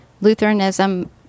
Lutheranism